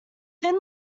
thin